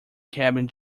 cabin